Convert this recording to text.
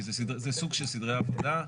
כי זה סוג של סדרי עבודה.